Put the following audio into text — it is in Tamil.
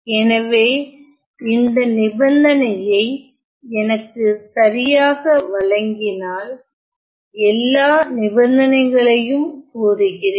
எனவே இந்த நிபந்தனையை எனக்கு சரியாக வழங்கினால் எல்லா நிபந்தனைகளையும் கூறுகிறேன்